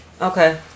Okay